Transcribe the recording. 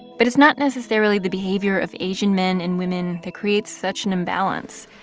but it's not necessarily the behavior of asian men and women that creates such an imbalance.